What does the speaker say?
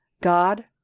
God